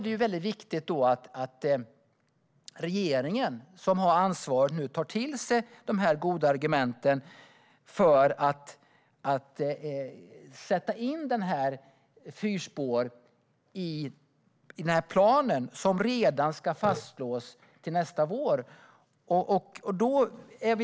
Det är viktigt att regeringen, som har ansvaret, nu tar till sig de goda argumenten för att ta med fyrspår i den plan som ska fastslås redan nästa vår.